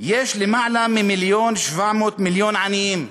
יש למעלה מ-1.7 מיליון עניים,